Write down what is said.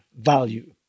value